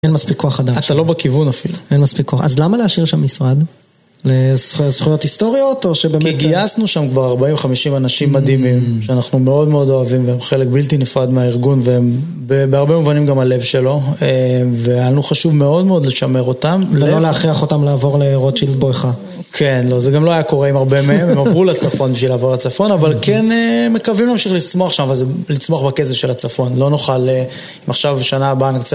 אין מספיק כוח אדם. אתה לא בכיוון אפילו. אין מספיק כוח. אז למה להשאיר שם משרד? לזכויות היסטוריות? או ש.. כי גייסנו שם כבר 40-50 אנשים מדהימים שאנחנו מאוד מאוד אוהבים והם חלק בלתי נפרד מהארגון והם בהרבה מובנים גם הלב שלו והיה לנו חשוב מאוד מאוד לשמר אותם. ולא להכריח אותם לעבור לרוטשילד בואכה. כן, זה גם לא היה קורה עם הרבה מהם, הם עברו לצפון בשביל לעבור לצפון, אבל כן מקווים להמשיך לצמוח שם ולצמוח בקצב של הצפון. לא נוכל אם עכשיו בשנה הבאה נרצה...